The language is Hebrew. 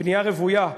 בנייה רוויה,